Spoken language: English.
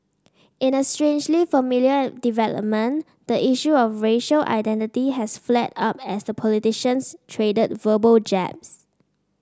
in a strangely familiar development the issue of racial identity has flared up as the politicians traded verbal jabs